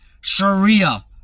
Sharia